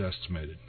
estimated